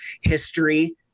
history